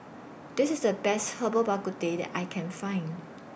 This IS The Best Herbal Bak Ku Teh that I Can Find